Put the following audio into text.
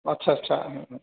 आस्सा आस्सा